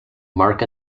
mark